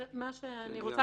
בהמשך